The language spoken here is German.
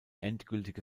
endgültige